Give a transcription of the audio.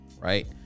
right